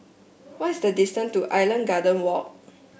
what is the distance to Island Garden Walk